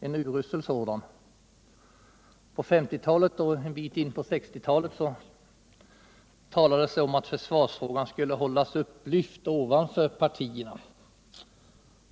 På 1950-talet och en bit in på 1960-talet talades det om att försvarsfrågan skulle hållas upplyft ovanför partierna.